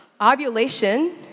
ovulation